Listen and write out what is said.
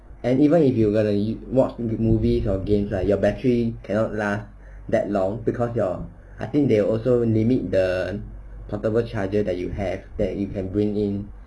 and even if you gotta watch movies or games ah your battery cannot lasts that long because your I think they also limit the portable charger that you have that you can bring in